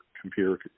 computer